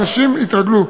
אנשים התרגלו,